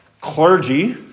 clergy